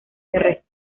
terrestres